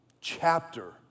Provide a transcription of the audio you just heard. chapter